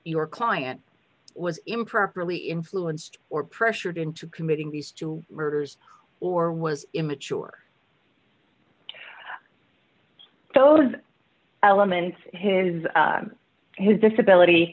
your client was improperly influenced or pressured into committing these two murders or was in mature those elements his his disability